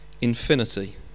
Infinity